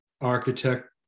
architect